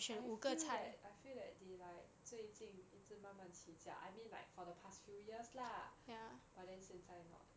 I feel that I feel that they like 最近一直慢慢起价 but I mean for the past few years lah but then 现在 not